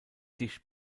dicht